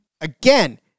Again